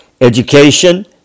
education